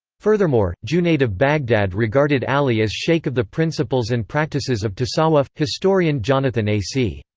furthermore, junayd of baghdad regarded ali as sheikh of the principals and practices of tasawwuf historian jonathan a c.